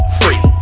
free